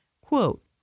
Quote